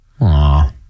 Aw